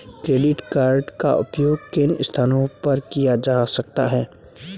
Credit card का उपयोग किन स्थानों पर किया जा सकता है?